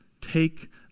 Take